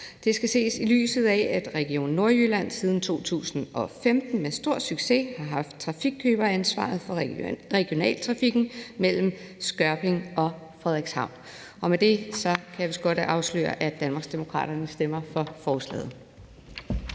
Det skal ses i lyset af, at Region Nordjylland siden 2015 med stor succes har haft trafikkøberansvaret for regionaltrafikken mellem Skørping og Frederikshavn. Med det kan jeg vist godt afsløre, at Danmarksdemokraterne stemmer for forslaget.